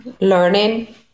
learning